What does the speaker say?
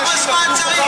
אבל זמן ללימוד הנושא?